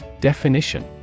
Definition